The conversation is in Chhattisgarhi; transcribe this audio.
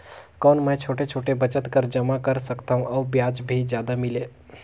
कौन मै छोटे छोटे बचत कर जमा कर सकथव अउ ब्याज भी जादा मिले?